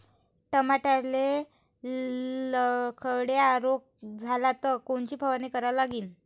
टमाट्याले लखड्या रोग झाला तर कोनची फवारणी करा लागीन?